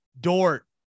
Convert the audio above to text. Dort